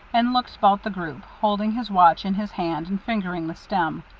and looked about the group, holding his watch in his hand and fingering the stem.